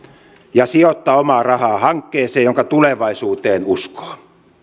ja sijoittaa omaa rahaa hankkeeseen jonka tulevaisuuteen uskoo